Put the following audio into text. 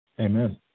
amen